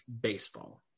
baseball